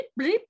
bleep